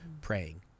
praying